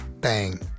bang